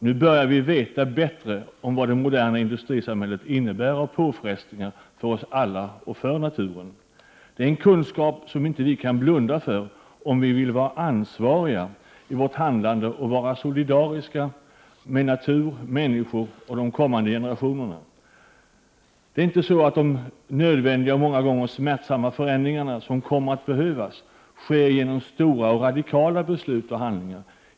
Nu börjar vi veta bättre vad det moderna industrisamhället innebär av påfrestningar för oss alla och för naturen. Det är en kunskap som vi inte kan blunda inför, om vi vill vara ansvariga i vårt handlande och vara solidariska med natur, människor och de kommande generationerna. Det är inte så att de nödvändiga och många gånger smärtsamma förändringarna som kommer att behövas sker genom stora, radikala beslut och handlingar.